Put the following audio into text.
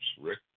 Rick